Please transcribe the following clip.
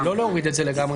שלא להוריד את זה לגמרי,